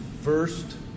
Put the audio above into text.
first